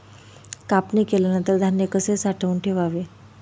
कापणी केल्यानंतर धान्य कसे साठवून ठेवावे?